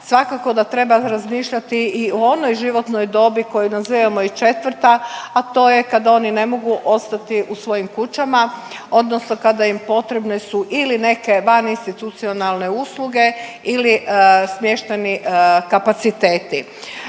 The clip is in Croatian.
svakako da treba razmišljati i o onoj životnoj dobi koju nazivamo i četvrta, a to je kad oni ne mogu ostati u svojim kućama odnosno kada im potrebne su ili neke vaninstitucionalne usluge ili smještajni kapaciteti.